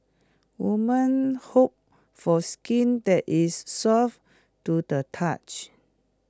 woman hope for skin that is soft to the touch